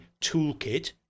toolkit